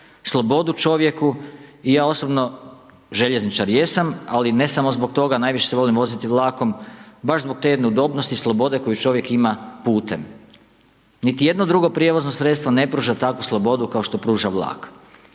slobodu čovjeku i ja osobno željezničar jesam ali ne samo zbog toga, najviše se volim voziti vlakom baš zbog te jedne udobnosti i slobode koju čovjek ima putem. Niti jedno drugo prijevozno sredstvo ne pruža takvu slobodu kao što pruža vlak